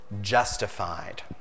Justified